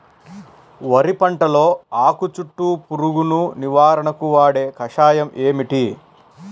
వరి పంటలో ఆకు చుట్టూ పురుగును నివారణకు వాడే కషాయం ఏమిటి?